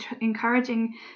encouraging